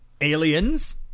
Aliens